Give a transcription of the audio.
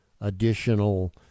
additional